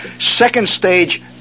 second-stage